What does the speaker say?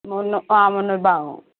முந்நூ ஆ முந்நூறுரூபா ஆகும்